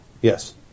Yes